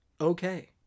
okay